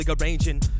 arranging